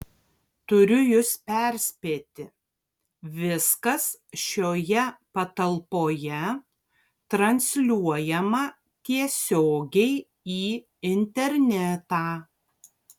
turiu jus perspėti viskas šioje patalpoje transliuojama tiesiogiai į internetą